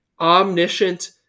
omniscient